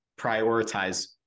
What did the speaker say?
prioritize